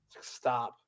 Stop